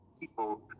people